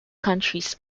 countries